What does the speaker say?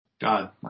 God